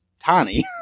tiny